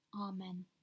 Amen